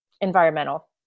environmental